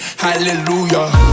hallelujah